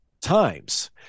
times